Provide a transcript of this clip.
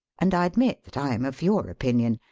and i admit that i am of your opinion.